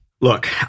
look